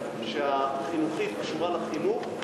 שהחינוכית קשורה לחינוך,